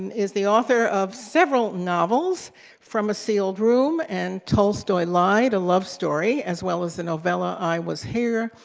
is the author of several novels from a sealed room and tolstoy lied a love story, as well as the novella i was here.